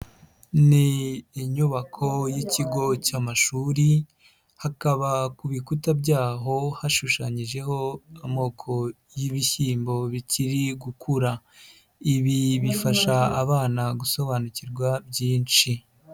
Ni inyubako y'ikigo cy'amashuri, hakaba ku bikuta byaho hashushanyijeho amoko y'ibishyimbo bikiri gukura. Ibi bifasha abana gusobanukirwa byinshi.